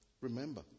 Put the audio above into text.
remember